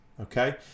okay